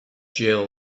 jill